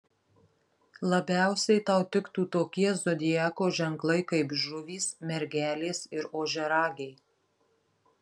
labiausiai tau tiktų tokie zodiako ženklai kaip žuvys mergelės ir ožiaragiai